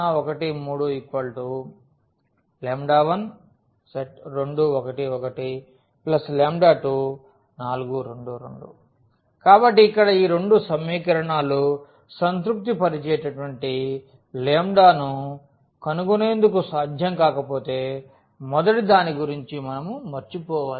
0 1 3 12 1 1 24 2 2 కాబట్టిఇక్కడ ఈ రెండు సమీకరణాలు సంతృప్తి పరిచేటటువంటి λ ను కనుగొనేందుకు సాధ్యం కాకపోతే మొదటి దాని గురించి మర్చిపోవాలి